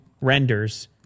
renders